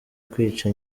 kwica